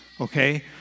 Okay